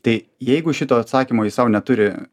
tai jeigu šito atsakymo jis sau neturi